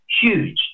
huge